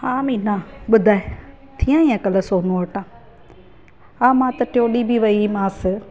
हा मीना ॿुधाए थी आहींअ कल्ह सोनू वटां हा मां त टियो ॾींहं बि वेईमांसि